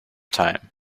time